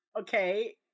okay